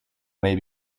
may